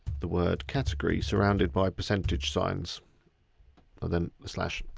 the word category, surrounded by percentage signs and then a slash.